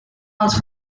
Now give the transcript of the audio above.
els